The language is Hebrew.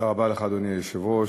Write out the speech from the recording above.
אדוני היושב-ראש,